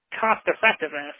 cost-effectiveness